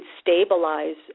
stabilize